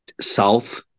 south